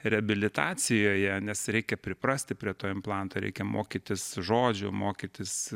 reabilitacijoje nes reikia priprasti prie to implanto reikia mokytis žodžių mokytis